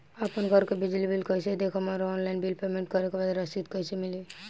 आपन घर के बिजली बिल कईसे देखम् और ऑनलाइन बिल पेमेंट करे के बाद रसीद कईसे मिली?